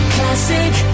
Classic